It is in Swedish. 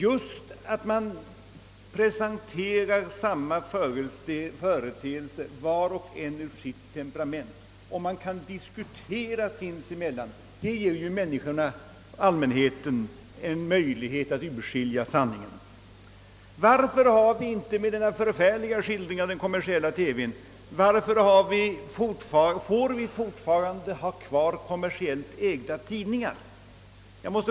Just att man presenterar dessa företeelser var och en efter sitt temperament och kan diskutera sinsemellan ger allmänheten en möjlighet att urskilja sanningen. Varför får vi efter denna förfärliga skildring av den kommersiella TV:n fortfarande ha kvar kommersiellt ägda tidningar?